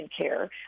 care